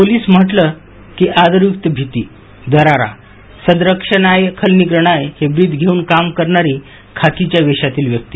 police म्हटलं की आदर युक्तभीती दरारा सदरक्षणाय खलनिप्रहनाय हे ब्रीद घेऊन काम करणारी खाकीच्या वेशातील व्यक्ती